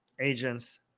agents